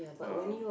um